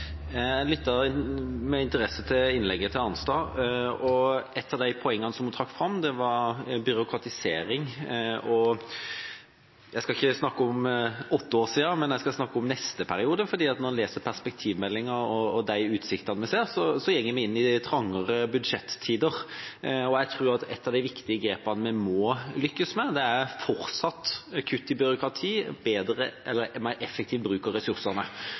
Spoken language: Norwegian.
et av de poengene hun trakk fram, var byråkratisering. Jeg skal ikke snakke om for åtte år siden, men om neste periode, for når en leser perspektivmeldingen og ser de utsiktene vi har, går vi inn i trangere budsjettider. Jeg vil tro at et av de viktige grepene vi må lykkes med, er fortsatt kutt i byråkrati og mer effektiv bruk av ressursene.